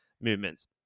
movements